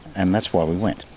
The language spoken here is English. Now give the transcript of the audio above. and that's why we went